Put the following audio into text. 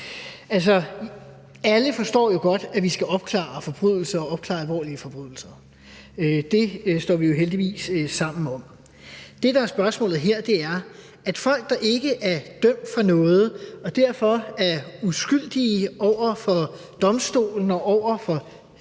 Alle forstår jo godt, at vi skal opklare forbrydelser, og at vi skal opklare alvorlige forbrydelser – det står vi jo heldigvis sammen om. Det, der er spørgsmålet her, er, at folk, der ikke er dømt for noget og derfor er uskyldige over for domstolen, over for